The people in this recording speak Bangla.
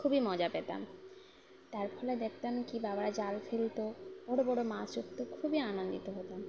খুবই মজা পেতাম তার ফলে দেখতাম কি বাবারা জাল ফেলতো বড়ো বড়ো মাছ উঠতো খুবই আনন্দিত হতাম